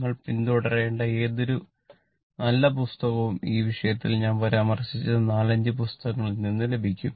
നിങ്ങൾ പിന്തുടരേണ്ട ഏതൊരു നല്ല പുസ്തകവും ഈ വിഷയത്തിൽ ഞാൻ പരാമർശിച്ച 4 5 പുസ്തകങ്ങളിൽ നിന്നും ലഭിക്കും